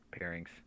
pairings